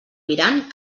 mirant